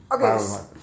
Okay